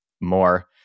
more